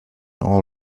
all